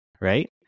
right